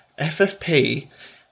FFP